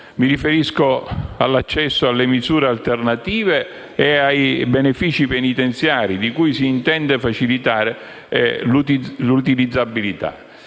Mi riferisco all'accesso alle misure alternative e ai benefici penitenziari, di cui si intende facilitare l'utilizzabilità.